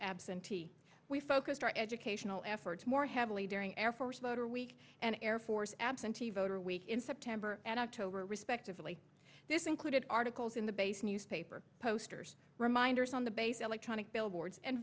absentee we focused our education all efforts more heavily during air force motor week and air force absentee voter week in september and october respectively this included articles in the base newspaper posters reminders on the base electronic billboards and